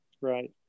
Right